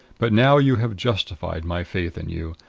but now you have justified my faith in you.